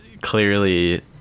clearly